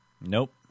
Nope